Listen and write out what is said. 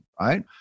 right